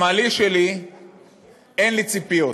השמאלי שלי אין לי ציפיות.